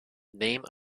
name